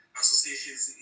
associations